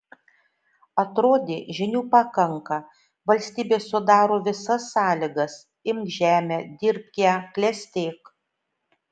atrodė žinių pakanka valstybė sudaro visas sąlygas imk žemę dirbk ją klestėk